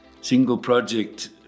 single-project